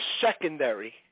secondary